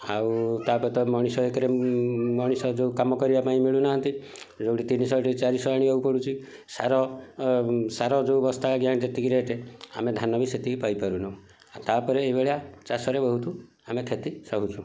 ଆଉ ତାପରେ ତ ମଣିଷ ଏକରେ ମଣିଷ ଯେଉଁ କାମ କରିବା ପାଇଁ ମିଳୁନାହାଁନ୍ତି ଯେଉଁଠି ତିନିଶହ ହେଇଠି ଚାରିଶହ ଆଣିବାକୁ ପଡ଼ୁଛି ସାର ସାର ଯେଉଁ ବସ୍ତା ଆଜ୍ଞା ଯେତିକି ରେଟ୍ ଆମେ ଧାନ ବି ସେତିକି ପାଇଁ ପାରୁନୁ ତାପରେ ଏଇ ଭଳିଆ ଚାଷରେ ବହୁତ ଆମେ କ୍ଷତି ସହୁଛୁ